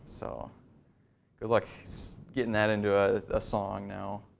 so good luck getting that into a ah song now.